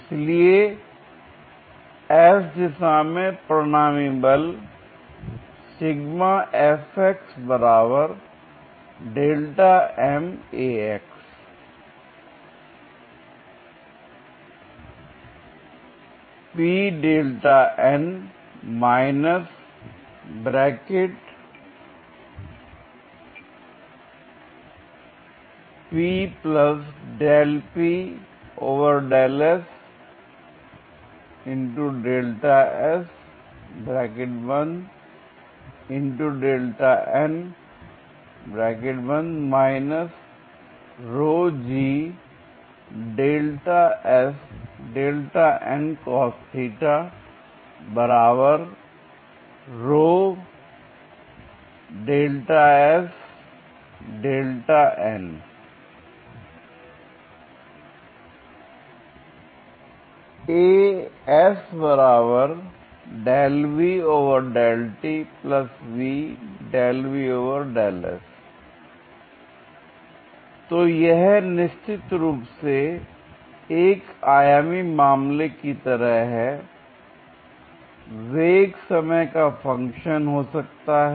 इसलिए s दिशा में परिणामी बल तो यह निश्चित रूप से एक आयामी मामले की तरह है वेग समय का फंक्शन हो सकता है